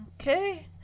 okay